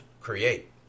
create